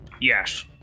Yes